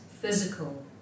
physical